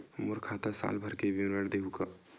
मोर खाता के साल भर के विवरण देहू का?